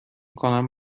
کنم